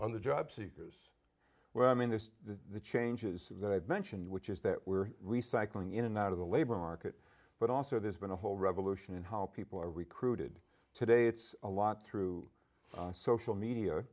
on the job seekers well i mean this is the changes that i've mentioned which is that we're recycling in and out of the labor market but also there's been a whole revolution in how people are recruited today it's a lot through social media